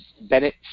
Bennett